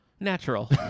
Natural